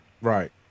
Right